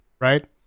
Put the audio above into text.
right